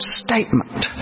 statement